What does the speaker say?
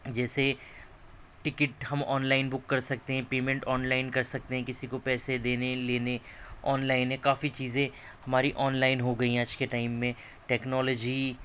جیسے ٹکٹ ہم online book کر سکتے ہیں پیمینٹ آن لائن کر سکتے ہیں کسی کو پیسہ دینے لینے آن لائن کافی چیزیں ہماری آن لائن ہو گئی ہیں آج کے ٹائم میں ٹیکنالوجی